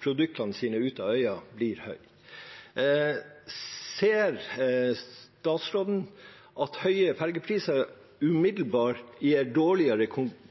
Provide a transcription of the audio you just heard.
produktene sine ut fra øya, blir høy. Ser statsråden at høye fergepriser umiddelbart gir dårligere